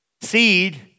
seed